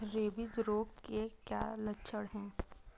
Rabies रोग के क्या लक्षण है?